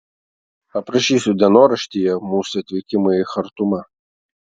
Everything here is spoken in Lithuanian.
aprašysiu dienoraštyje mūsų atvykimą į chartumą